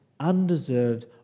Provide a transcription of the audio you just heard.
undeserved